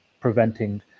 preventing